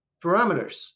parameters